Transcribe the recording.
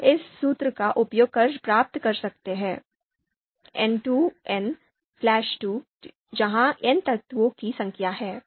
हम इस सूत्र का उपयोग कर प्राप्त कर सकते हैं 2 जहाँ n तत्वों की संख्या है